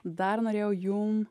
dar norėjau jum